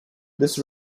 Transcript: this